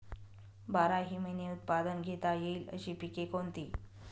बाराही महिने उत्पादन घेता येईल अशी पिके कोणती?